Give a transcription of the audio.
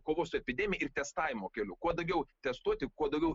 kovos su epidemija ir testavimo keliu kuo daugiau testuoti kuo daugiau